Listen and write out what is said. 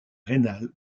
rénale